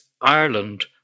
Ireland